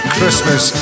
Christmas